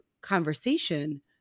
conversation